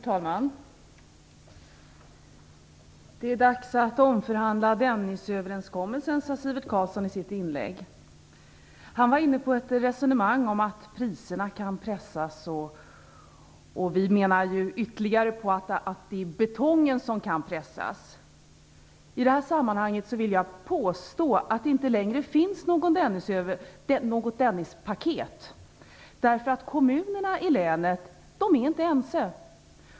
Herr talman! Det är dags att omförhandla Dennisöverenskommelsen, sade Sivert Carlsson i sitt inlägg. Han var inne på ett resonemang om att priserna kan pressas. Vi menar att det är betongen som kan pressas. I det här sammanhanget vill jag påstå att det inte längre finns något Dennispaket. Kommunerna i länet är inte ense.